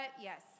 Yes